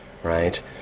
Right